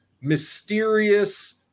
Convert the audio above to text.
mysterious